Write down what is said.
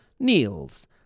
Niels